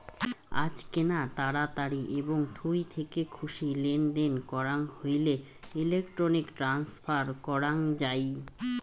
আজকেনা তাড়াতাড়ি এবং থুই থেকে খুশি লেনদেন করাং হইলে ইলেক্ট্রনিক ট্রান্সফার করাং যাই